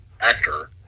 actor